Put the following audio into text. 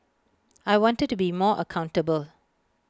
I wanted to be more accountable